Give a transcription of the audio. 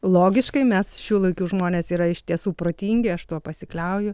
logiškai mes šių laikų žmonės yra iš tiesų protingi aš tuo pasikliauju